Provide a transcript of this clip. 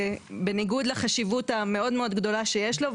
ובניגוד לחשיבות המאוד מאוד גדולה שיש לו,